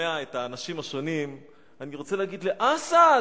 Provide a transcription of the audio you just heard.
ושומע את האנשים השונים, אני רוצה להגיד: אסד,